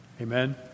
Amen